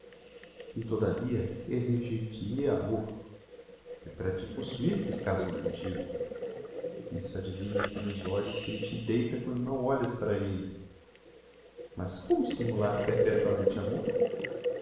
e todavia exigir te hia amor foi para te possuir que elle casou comtigo isso adivinha-se nos olhos que elle te deita quando não olhas para elle mas como simular perpetuamente amor